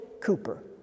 Cooper